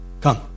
Come